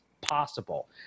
possible